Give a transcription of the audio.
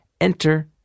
Enter